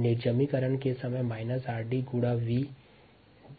निर्जमिकरण के समय rd गुणा V mx